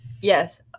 Yes